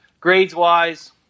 grades-wise